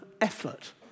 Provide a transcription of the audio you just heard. effort